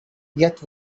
yet